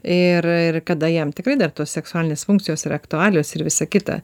ir ir kada jam tikrai dar tos seksualinės funkcijos ir aktualijos ir visa kita